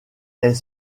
est